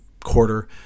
quarter